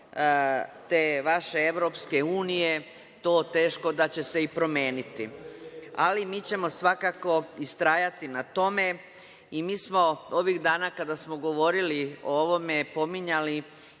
te vaše EU, to teško da će se i promeniti. Ali, mi ćemo svakako istrajati na tome i mi smo ovih dana, kada smo govorili o ovome pominjali